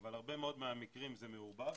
אבל בהרבה מאוד מהמקרים זה מעורבב,